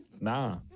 Nah